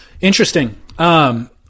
Interesting